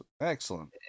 Excellent